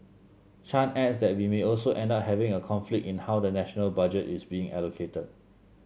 chan adds that we may also end up having a conflict in how the national budget is being allocated